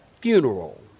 funeral